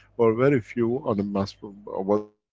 were very few on a mass but ah but